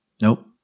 nope